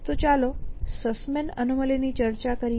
તો ચાલો Sussman anomaly Sussmans Anomaly ની ચર્ચા કરીએ